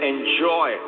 Enjoy